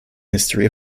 history